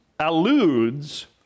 alludes